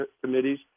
Committees